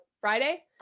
Friday